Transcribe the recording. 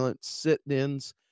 sit-ins